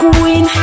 Queen